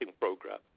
program